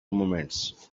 moments